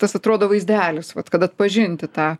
tas atrodo vaizdelis vat kad atpažinti tą